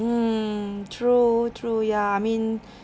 um true true ya mean